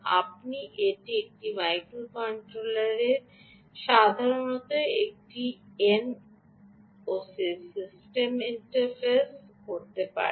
আপনি এটি একটি মাইক্রোকন্ট্রোলার সাধারণত একটি এসওসি ইন্টারফেস করতে পারেন